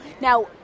Now